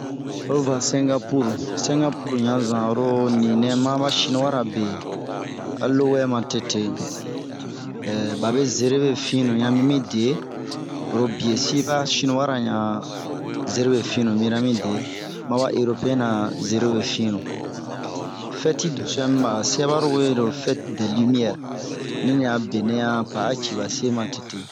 Oyi va singapur, singapur ɲa san oro ninɛ maba sinuwa ra be alowɛ matete. Hee babe zeremi finu ɲa mimi de orobie sin ma sinuwa ra ɲa zeremi finu ɲa mimi de, ma ba eropiɛn ra zeremi finu, fɛte dɛso ɲa miba se aba wero fɛte dɛ limiyɛre. Din ɲan a benɛ ɲa pa'a cii ba se matete.